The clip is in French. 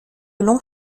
longs